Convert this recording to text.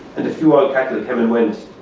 and a few old cattle and came and went